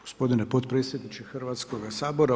Gospodine potpredsjedniče Hrvatskoga sabora.